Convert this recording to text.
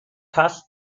has